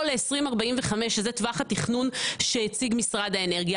ל-2045 שזה טווח התכנון שהציג משרד האנרגיה.